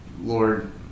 Lord